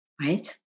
right